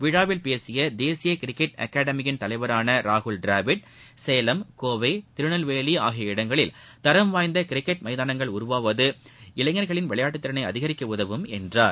விழாவில் பேசிய தேசிய கிரிக்கெட் அகாடமியின் தலைவரான திரு ராகுல் டிராவிட் சேலம் கோவை திருநெல்வேலி ஆகிய இடங்களில் தரம்வாய்ந்த கிரிக்கெட் மைதாளங்கள் உருவாவது இளைஞர்களின் விளையாட்டுத் திறனை அதிகரிக்க உதவும் என்றார்